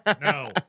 No